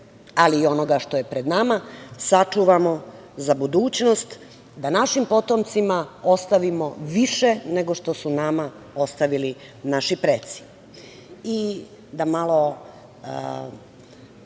ali i onoga što je pred nama, sačuvamo za budućnost da našim potomcima ostavimo više nego što su nama ostavili naši preci. Da malo